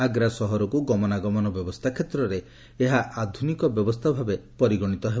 ଆଗ୍ରା ସହରକୁ ଗମନାଗମନ ବ୍ୟବସ୍ଥା କ୍ଷେତ୍ରରେ ଏହା ଆଧୁନିକ ବ୍ୟବସ୍ଥା ଭାବେ ପରିଗଣିତ ହେବ